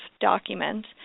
document